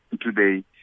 today